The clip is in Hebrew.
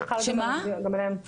זה חל גם עליהם.